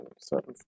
certain